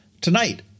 Tonight